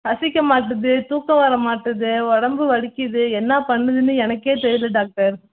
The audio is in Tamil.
பசிக்க மாட்டுது தூக்கம் வரமாட்டுது உடம்பு வலிக்கிது என்ன பண்ணுதுன்னு எனக்கே தெர்லை டாக்டர்